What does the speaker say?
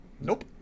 Nope